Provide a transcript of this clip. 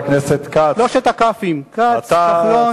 שלושת הכ"פים, כץ, כחלון ועוד כץ.